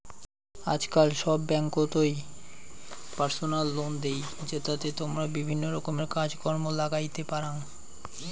আজকাল সব ব্যাঙ্ককোতই পার্সোনাল লোন দেই, জেতাতে তমরা বিভিন্ন রকমের কাজ কর্ম লাগাইতে পারাং